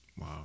Wow